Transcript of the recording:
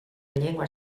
llengua